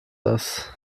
das